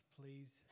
please